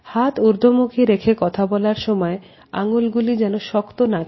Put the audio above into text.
হাত ঊর্ধ্বমুখী রেখে কথা বলার সময় আঙুলগুলি যেন শক্ত না থাকে